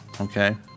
okay